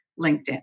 LinkedIn